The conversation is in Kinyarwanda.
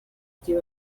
gihe